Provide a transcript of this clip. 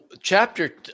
chapter